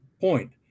point